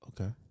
Okay